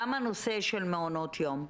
גם הנושא של מעונות יום.